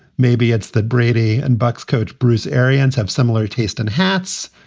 maybe it's the brady and buck's coach, bruce arians have similar taste in hats.